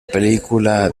película